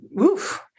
oof